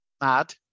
mad